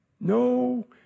No